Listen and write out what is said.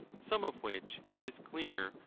some of which, it is clear,